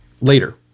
later